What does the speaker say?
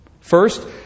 First